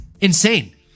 Insane